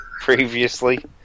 previously